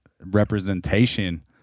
representation